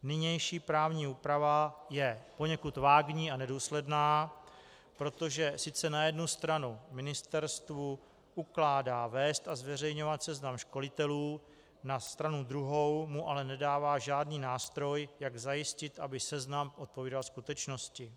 Nynější právní úprava je poněkud vágní a nedůsledná, protože sice na jednu stranu ministerstvu ukládá vést a zveřejňovat seznam školitelů, na stranu druhou mu ale nedává žádný nástroj, jak zajistit, aby seznam odpovídal skutečnosti.